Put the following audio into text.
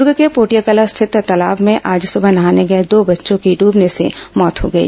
दुर्ग जिले के पोटियाकला स्थित तालाब में आज सुबह नहाने गए दो बच्चों की डूबने से मौत हो गई